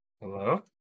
Hello